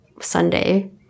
Sunday